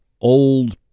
old